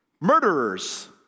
murderers